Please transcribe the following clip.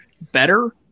better